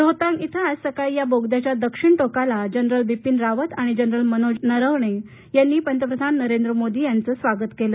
रोहतांग इथं या बोगद्याच्या दक्षिण टोकाला जनरल बीपीन रावत आणि जनरल मनोज नरवणे यांनी पंतप्रधान नरेंद्र मोदी यांचं स्वागत केलं